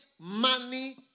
money